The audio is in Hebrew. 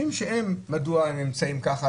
מדוע הם נמצאים ככה?